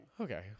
Okay